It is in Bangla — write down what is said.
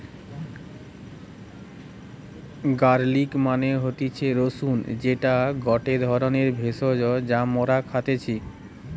গার্লিক মানে হতিছে রসুন যেটা গটে ধরণের ভেষজ যা মরা খাইতেছি